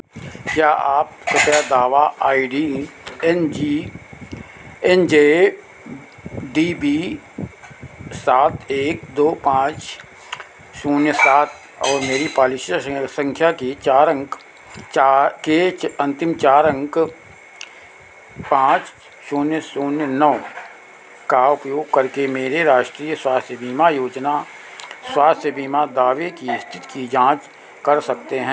क्या आप कृपया दावा I D N G N J D B सात एक दो पाँच शून्य सात और मेरी पॉलिसी सं संख्या के चार अंक चार के च अंतिम चार अंक पाँच शून्य शून्य नौ का उपयोग करके मेरे राष्ट्रीय स्वास्थ्य बीमा योजना स्वास्थ्य बीमा दावे के स्थिति की जाँच कर सकते हैं